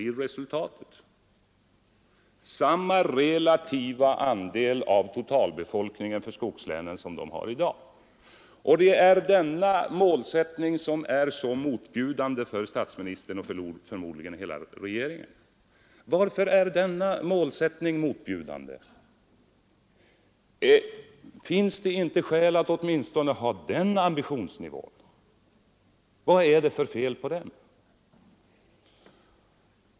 Samma relativa andel av totalbefolkningen för skogslänen som de har i dag — det är denna målsättning som är så motbjudande för statsministern och förmodligen hela regeringen. Varför är denna målsättning motbjudande? Finns det inte skäl att åtminstone ha den ambitionsnivån? Vad är det för fel på den?